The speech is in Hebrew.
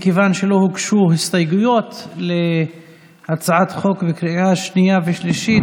מכיוון שלא הוגשו הסתייגויות להצעת חוק בקריאה השנייה והשלישית,